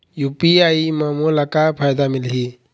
UPI म मोला का फायदा मिलही?